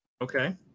Okay